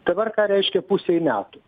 dabar ką reiškia pusei metų